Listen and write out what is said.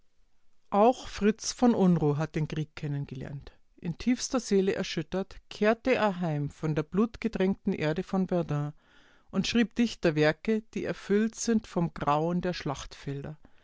auch fritz v unruh hat den krieg kennen gelernt in tiefster seele erschüttert kehrte er heim von der blutgetränkten erde von verdun und schrieb dichterwerke die erfüllt sind vom grauen der